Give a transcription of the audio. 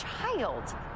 child